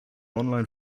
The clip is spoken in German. online